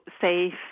safe